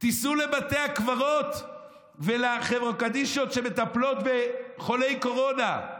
תיסעו לבתי הקברות ולחברות קדישא שמטפלות בחולי קורונה,